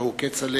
הלוא הוא כצל'ה.